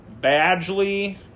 Badgley